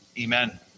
Amen